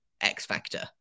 X-Factor